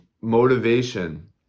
motivation